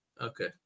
Okay